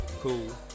Cool